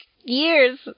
years